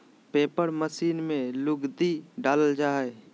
paper machine में लुगदी डालल जा हय